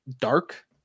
dark